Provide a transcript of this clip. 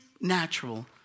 natural